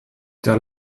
der